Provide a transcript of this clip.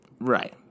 Right